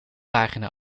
pagina